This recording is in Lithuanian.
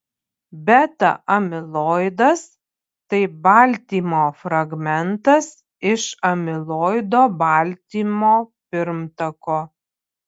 beta amiloidas tai baltymo fragmentas iš amiloido baltymo pirmtako